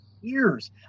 years